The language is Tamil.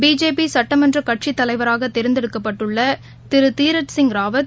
பிஜேபி சுட்டமன்ற கட்சித்தலைவராக தேர்ந்தெடுக்கப்பட்டுள்ள திரு தீரத்சிங் ராவத்